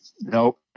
Nope